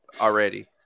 already